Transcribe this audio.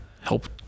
help